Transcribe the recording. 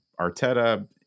Arteta